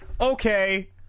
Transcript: okay